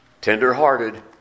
tender-hearted